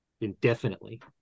indefinitely